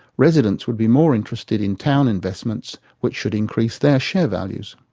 residents would be more interested in town investments, which should increase their share values.